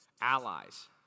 allies